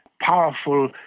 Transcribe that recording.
powerful